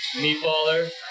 meatballer